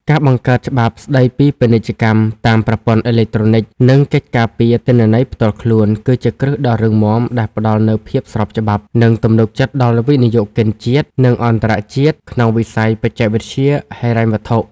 ការបង្កើតច្បាប់ស្ដីពីពាណិជ្ជកម្មតាមប្រព័ន្ធអេឡិចត្រូនិក និងកិច្ចការពារទិន្នន័យផ្ទាល់ខ្លួន គឺជាគ្រឹះដ៏រឹងមាំដែលផ្ដល់នូវភាពស្របច្បាប់ និងទំនុកចិត្តដល់វិនិយោគិនជាតិ និងអន្តរជាតិក្នុងវិស័យបច្ចេកវិទ្យាហិរញ្ញវត្ថុ។